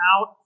out